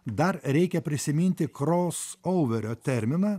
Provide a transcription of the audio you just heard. dar reikia prisiminti kros ouverio terminą